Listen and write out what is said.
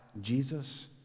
Jesus